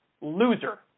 loser